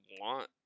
want